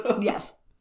Yes